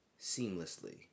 seamlessly